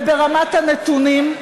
וברמת הנתונים,